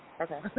Okay